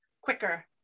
quicker